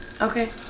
okay